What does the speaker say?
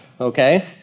okay